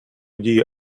дії